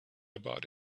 about